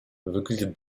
выглядят